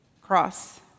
cross